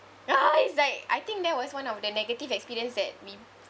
ah it's like I think that was one of the negative experience that we